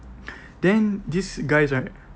then these guys right